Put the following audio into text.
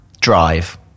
drive